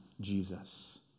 Jesus